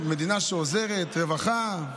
מדינה שעוזרת, רווחה?